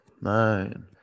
Nine